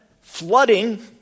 flooding